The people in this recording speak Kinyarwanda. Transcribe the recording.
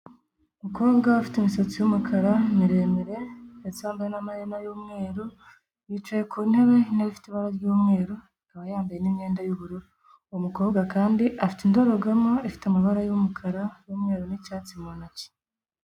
Umukobwa ufite imisatsi y'umukara miremire, ndetse wambaye n'amaherena y'umweru, yicaye ku ntebe, intebe na yo ifite ibara ry'umweru, yambaye imyenda y'ubururu, uwo mukobwa kandi afite indorerwamo ifite amabara y'umukara n'umweru n'icyatsi mu ntoki.